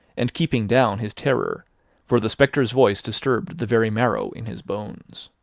and keeping down his terror for the spectre's voice disturbed the very marrow in his bones.